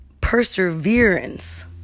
perseverance